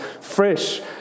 fresh